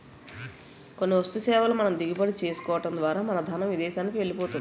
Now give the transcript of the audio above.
కొన్ని వస్తు సేవల మనం దిగుమతి చేసుకోవడం ద్వారా మన ధనం విదేశానికి వెళ్ళిపోతుంది